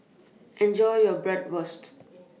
Enjoy your Bratwurst